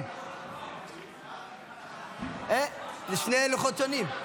40. אה, אלה שני לוחות שונים.